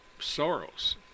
Soros